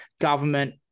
government